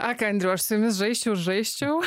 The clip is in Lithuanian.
ak andriau aš su jumis žaisčiau žaisčiau